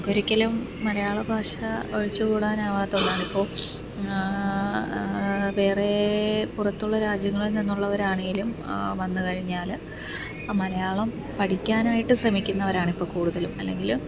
നമുക്കൊരിക്കലും മലയാളഭാഷ ഒഴിച്ചുകൂടാനാവാത്ത ഒന്നാണിപ്പോൾ വേറെ പുറത്തുള്ള രാജ്യങ്ങളിൽ നിന്നുള്ളവരാണെങ്കിലും വന്നുകഴിഞ്ഞാൽ മലയാളം പഠിക്കാനായിട്ട് ശ്രമിക്കുന്നവരാണിപ്പം കൂടുതലും അല്ലെങ്കിൽ